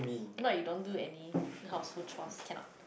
not you don't do any household choirs cannot